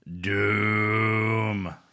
Doom